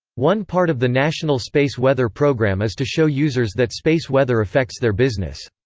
one part of the national space weather program is to show users that space weather affects their business.